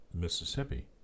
Mississippi